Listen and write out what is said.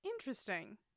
Interesting